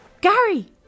Gary